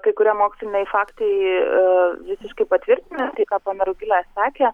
kai kurie moksliniai faktai visiškai patvirtina tai ką ponia rugilė sakė